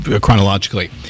chronologically